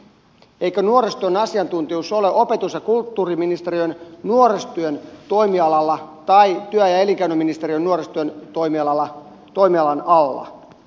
eikö nuorisotyön asiantuntijuus ole opetus ja kulttuuriministeriön nuorisotyön toimialan tai työ ja elinkeinoministeriön nuorisotyön toimialan alla